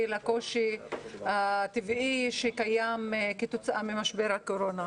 לקושי הטבעי שקיים כתוצאה ממשבר הקורונה.